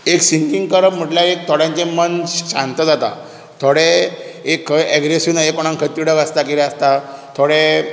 एक सिंगींग करप म्हटल्यार एक थोड्यांचें मन शांत जाता थोडे एक खंय एग्रेसीव ना एक कोणाकय तिडक आसता कितें आसता थोडे